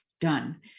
done